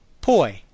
poi